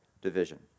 division